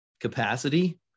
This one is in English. capacity